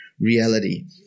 reality